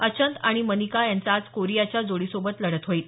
अचंत आणि मनिका यांची आज कोरियाच्या जोडीसोबत लढत होईल